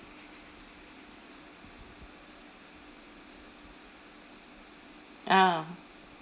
ah